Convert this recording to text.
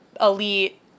elite